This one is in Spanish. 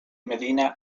medina